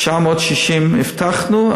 960 הבטחנו,